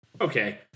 Okay